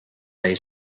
they